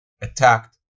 attacked